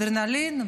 אדרנלין,